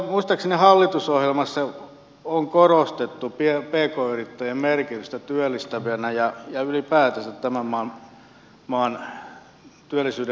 muistaakseni hallitusohjelmassa on korostettu pk yrittäjien merkitystä työllistäjinä ja ylipäätänsä tämän maan työllisyyden ylläpitäjinä